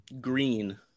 Green